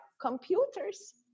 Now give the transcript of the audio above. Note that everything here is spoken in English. computers